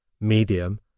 medium